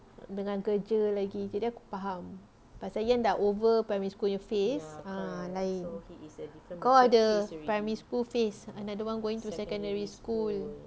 dengan kerja lagi kira aku faham pasal ian dah over primary school nya phase ah lain kau ada primary school phase another one going to secondary school